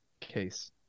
case